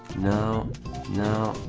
no no